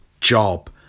job